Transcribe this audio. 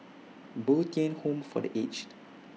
Bo Tien Home For The Aged